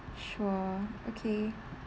sure okay